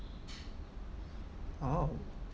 !wow!